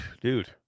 dude